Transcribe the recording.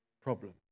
problem